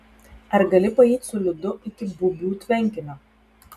ar gali paeit su liudu iki bubių tvenkinio